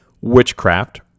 witchcraft